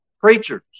Preachers